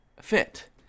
fit